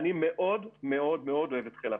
אני מאוד מאוד מאוד אוהב את חיל האוויר.